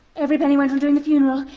every penny went on doing the funeral.